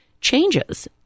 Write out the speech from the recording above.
changes